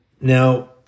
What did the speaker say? Now